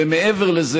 ומעבר לזה,